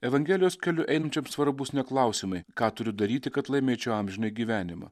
evangelijos keliu einančiam svarbūs ne klausimai ką turiu daryti kad laimėčiau amžinąjį gyvenimą